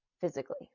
physically